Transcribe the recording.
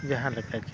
ᱡᱟᱦᱟᱸ ᱞᱮᱠᱟᱜᱮ